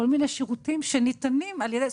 כל מיני שירותים שניתנים על ידי חברות פרטיות.